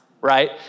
right